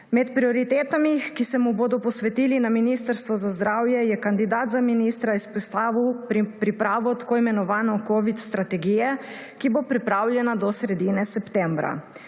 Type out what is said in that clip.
Med prioritetami, ki se mu bodo posvetili na Ministrstvu za zdravje, je kandidat za ministra izpostavil pripravo tako imenovane covid strategije, ki bo pripravljena do sredine septembra.